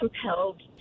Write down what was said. compelled